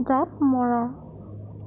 জাপ মৰা